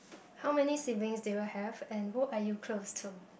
how many siblings do you have and who are you close to